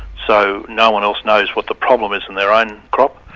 so no-one else knows what the problem is in their own crop,